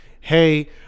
hey